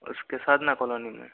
उसके साधना कॉलोनी में